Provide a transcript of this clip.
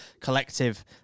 collective